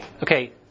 Okay